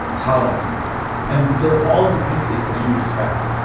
ptolemy and they're all depicted as you'd expect.